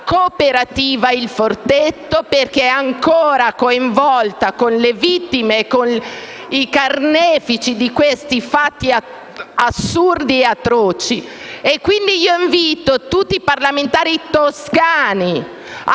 cooperativa Il Forteto, perché ancora coinvolta con le vittime e con i carnefici di questi fatti assurdi ed atroci. Invito quindi tutti i parlamentari toscani a